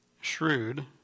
shrewd